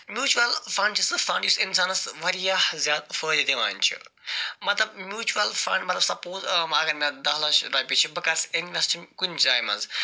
mutual fund چھُ سُہ fund یُس اِنسانس وارِیاہ زیادٕ فٲیدٕ دِوان چھُ مطلب میوٗچول فنٛڈ مطلب سپوز وۄںۍ اگر مےٚ دَہ لچھِ رۄپیہِ چھِ بہٕ کر سُہ اِنوٮ۪سٹ کُنہِ جایہِ منٛز